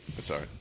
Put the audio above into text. Sorry